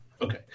Okay